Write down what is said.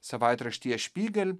savaitraštyje špygel